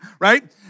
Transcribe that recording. right